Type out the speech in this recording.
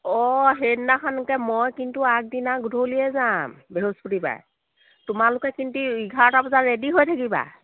অঁ সেইদিনাখনকে মই কিন্তু আগদিনা গধূলিয়ে যাম বৃহস্পতিবাৰে তোমালোকে কিন্তু এঘাৰটা বজাত ৰেডি হৈ থাকিবা